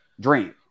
dream